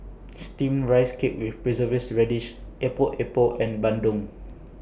Steamed Rice Cake with Preserved Radish Epok Epok and Bandung